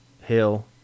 Hill